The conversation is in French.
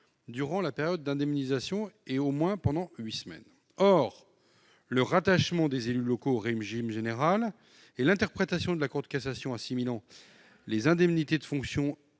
durant la période d'indemnisation et au moins pendant huit semaines. » Or le rattachement des élus locaux au régime général et l'interprétation de la Cour de cassation assimilant les indemnités de fonction